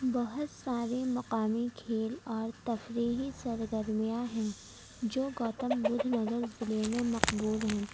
بہت سارے مقامی کھیل اور تفریحی سرگرمیاں ہیں جو گوتم بدھ نگر ضلع میں مقبول ہیں